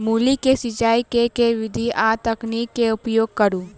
मूली केँ सिचाई केँ के विधि आ तकनीक केँ उपयोग करू?